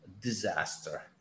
disaster